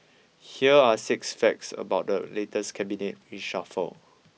here are six facts about the latest Cabinet reshuffle